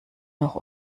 noch